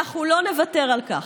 ואנחנו לא נוותר על כך.